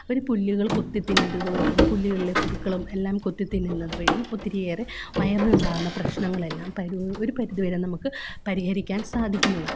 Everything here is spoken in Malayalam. അവര് പുല്ലുകൾ കൊത്തി തിന്നുന്നത് വഴിയും പുല്ലുകളിലെ പുഴുക്കളും എല്ലാം കൊത്തി തിന്നുന്നതു വഴിയും ഒത്തിരിയേറെ വയറിനുണ്ടാകുന്ന പ്രശ്നങ്ങളെല്ലാം പരു ഒരു പരിധിവരെ നമുക്ക് പരിഹരിക്കാൻ സാധിക്കുന്നതാണ്